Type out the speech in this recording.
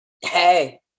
Hey